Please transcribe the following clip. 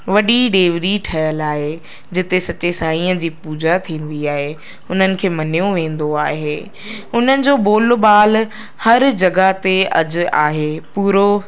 वॾी डेवरी ठहियल आहे जिते सच्चे साईअ जी पूजा थींदी आहे उन्हनि खे मञियो वेंदो आहे उन्हनि जो बोल बाल हर जॻहि ते अॼु आहे पूरो